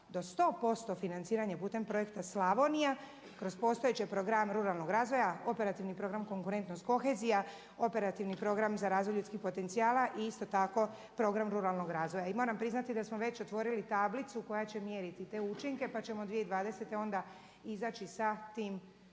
do 100% financiranje putem projekta Slavonija kroz postojeće programe ruralnog razvoja, operativni program konkurentnost kohezija, operativni program za razvoj ljudskih potencijala i isto tako program ruralnog razvoja. I moram priznati da smo već otvorili tablicu koja će mjeriti te učinke pa ćemo 2020. onda izaći sa tim vidom